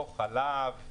פה חלב,